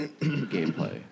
gameplay